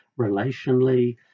relationally